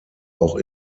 auch